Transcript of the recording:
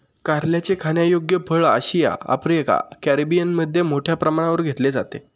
कारल्याचे खाण्यायोग्य फळ आशिया, आफ्रिका आणि कॅरिबियनमध्ये मोठ्या प्रमाणावर घेतले जाते